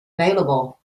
available